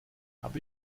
habe